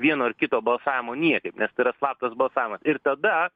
vieno ar kito balsavimo niekaip nes tai yra slaptas balsavimas ir tada